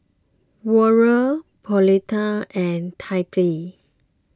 Warner Pauletta and Tyree